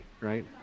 right